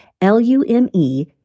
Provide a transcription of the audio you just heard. L-U-M-E-